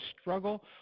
struggle